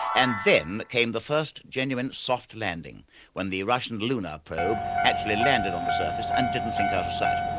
and then came the first genuine soft landing when the russian lunar probe actually landed on the surface and didn't sink out of sight.